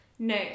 No